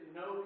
no